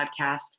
podcast